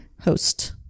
host